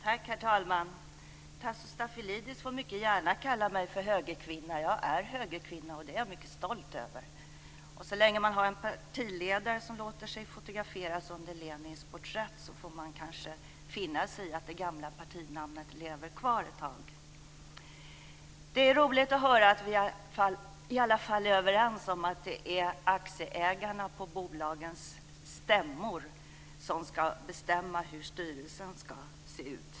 Herr talman! Tasso Stafilidis får mycket gärna kalla mig för högerkvinna. Jag är högerkvinna, och det är jag mycket stolt över. Så länge man har en partiledare som låter sig fotograferas under Lenins porträtt får man kanske finna sig i att det gamla partinamnet lever kvar ett tag. Det är roligt att höra att vi i alla fall är överens om att det är aktieägarna på bolagens stämmor som ska bestämma hur styrelsen ska se ut.